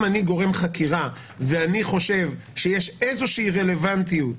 אם אני גורם חקירה ואני חושב שיש איזושהי רלוונטיות